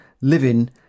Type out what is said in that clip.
living